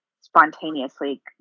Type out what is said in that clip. spontaneously